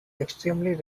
extremely